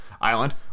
Island